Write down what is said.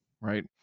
right